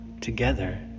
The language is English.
together